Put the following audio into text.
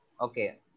Okay